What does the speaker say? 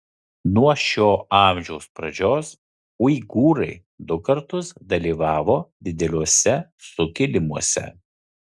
nuo šio amžiaus pradžios uigūrai du kartus dalyvavo dideliuose sukilimuose